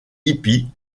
hippie